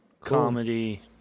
Comedy